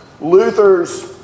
Luther's